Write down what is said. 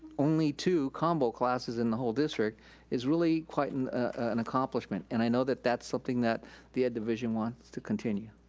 only two combo classes in the whole district is really quite an an accomplishment. and i know that that's something that the ed division wants to continue.